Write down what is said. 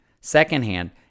Secondhand